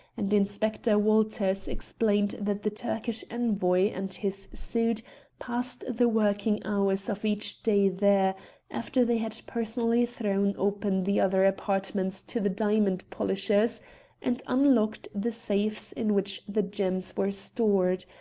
and inspector walters explained that the turkish envoy and his suite passed the working hours of each day there after they had personally thrown open the other apartments to the diamond polishers and unlocked the safes in which the gems were stored,